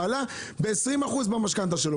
עלה ב-20% במשכנתה שלו.